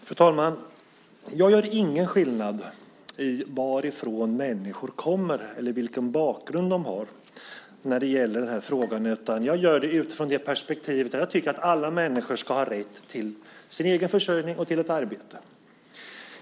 Fru talman! Jag gör ingen skillnad i varifrån människor kommer eller vilken bakgrund de har när det gäller denna fråga. Mitt perspektiv är att alla människor ska ha rätt till sin egen försörjning och till ett arbete.